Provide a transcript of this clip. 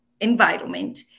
environment